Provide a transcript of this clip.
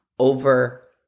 Over